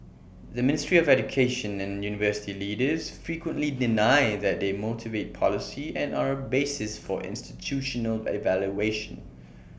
the ministry of education and university leaders frequently deny that they motivate policy and are A basis for institutional evaluation